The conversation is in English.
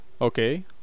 Okay